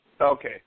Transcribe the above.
okay